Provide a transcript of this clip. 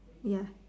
ya